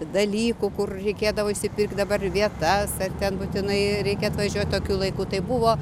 dalykų kur reikėdavo išsipirkti dabar vietas ar ten būtinai reikia atvažiuoti tokiu laiku tai buvo